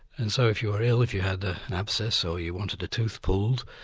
and so if you were ill, if you had ah an abscess or you wanted a tooth pulled,